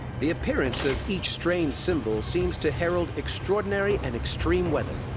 the appearance of each strange symbol seems to herald extraordinary and extreme weather.